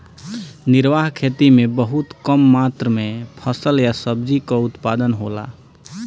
निर्वाह खेती में बहुत कम मात्र में फसल या सब्जी कअ उत्पादन होला